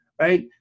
right